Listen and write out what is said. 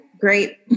Great